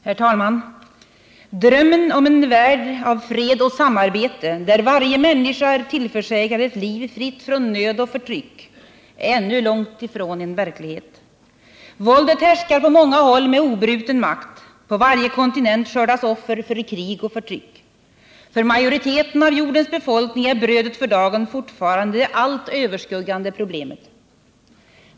Herr talman! Drömmen om en värld av fred och samarbete, där varje människa är tillförsäkrad ett liv fritt från nöd och förtryck, är ännu långt ifrån verklighet. Våldet härskar på många håll med obruten makt. På varje kontinent skördas offer för krig och förtryck. För majoriteten av jordens befolkning är brödet för dagen fortfarande det allt överskuggande problemet.